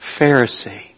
Pharisee